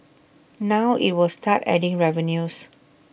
now IT will start adding revenues